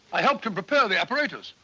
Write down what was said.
i helped him prepare the apparatus.